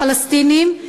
פלסטיניים,